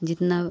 जितना